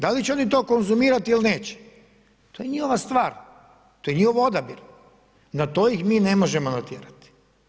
Da li će oni to konzumirati ili neće? to je njihova stvar, to je njihov odabir, na to ih mi ne možemo natjerati.